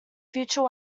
future